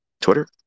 Twitter